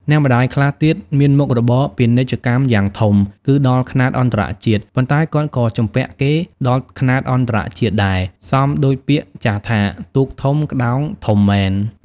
អ្នកម្ដាយខ្លះទៀត មានមុខរបរពាណិជ្ជកម្មយ៉ាងធំ គឺដល់ខ្នាតអន្តរជាតិ ប៉ុន្តែគាត់ក៏ជំពាក់គេដល់ខ្នាតអន្តរជាតិដែរ សមដូចពាក្យចាស់ថា «ទូកធំក្ដោងធំមែន» ។